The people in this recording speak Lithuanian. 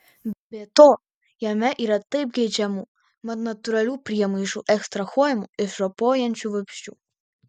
be to jame yra taip geidžiamų mat natūralių priemaišų ekstrahuojamų iš ropojančių vabzdžių